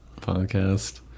podcast